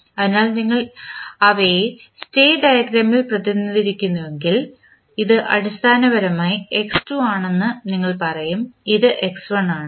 അതിനാൽ നിങ്ങൾ അവയെ സ്റ്റേറ്റ് ഡയഗ്രാമിൽ പ്രതിനിധീകരിക്കുന്നുവെങ്കിൽ ഇത് അടിസ്ഥാനപരമായി x2 ആണെന്ന് നിങ്ങൾ പറയും ഇത് x1 ആണ്